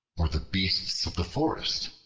or the beasts of the forest,